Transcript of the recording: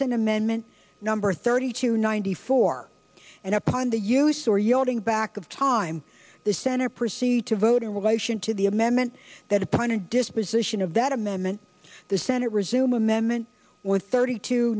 ensign amendment number thirty two ninety four and upon the use or yachting back of time the center proceed to vote in relation to the amendment that upon a disposition of that amendment the senate resume amendment with thirty two